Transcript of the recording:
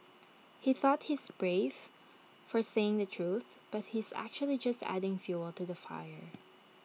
he thought he's brave for saying the truth but he's actually just adding fuel to the fire